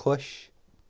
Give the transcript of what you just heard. خۄش